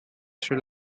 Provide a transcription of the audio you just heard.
sri